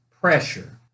pressure